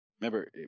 Remember